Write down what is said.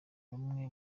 bamwe